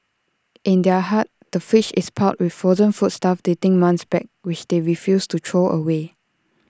in their hut the fridge is piled with frozen foodstuff dating months back which they refuse to throw away